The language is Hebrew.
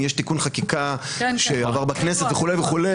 יש תיקון חקיקה שעבר בכנסת וכו'.